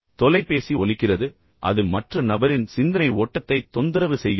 தொலைபேசி ஒலிக்கிறது பின்னர் அது மற்ற நபரின் சிந்தனை ஓட்டத்தைத் தொந்தரவு செய்கிறது